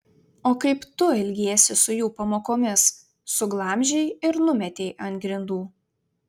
o kaip tu elgiesi su jų pamokomis suglamžei ir numetei ant grindų